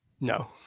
No